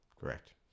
correct